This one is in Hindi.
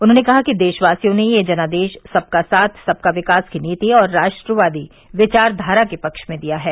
उन्होंने कहा कि देशवासियों ने यह जनादेश सबका साथ सबका विकास की नीति और राष्ट्रवादी विचाखारा के पक्ष में दिया है